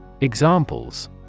Examples